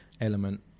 element